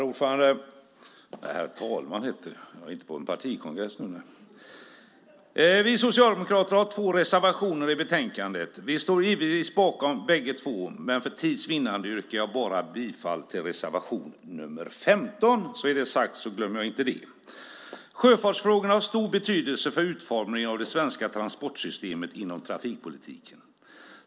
Herr talman! Vi socialdemokrater har två reservationer i betänkandet. Vi står givetvis bakom bägge två, men för tids vinnande yrkar jag bifall bara till reservation nr 7 under punkt 15. Sjöfartsfrågorna har stor betydelse för utformningen av det svenska transportsystemet inom trafikpolitiken.